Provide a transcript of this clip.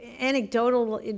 anecdotal